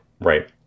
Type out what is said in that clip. Right